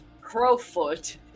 Crowfoot